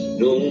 no